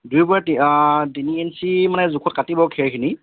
দুই বাতি তিনি ইঞ্চি মানে জোখত কাটিব খেৰখিনি